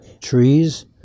trees